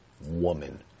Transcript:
woman